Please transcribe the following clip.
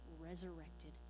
resurrected